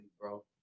bro